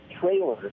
trailer